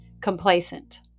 complacent